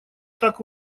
так